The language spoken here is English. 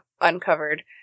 uncovered